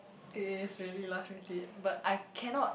it's really last minute but I cannot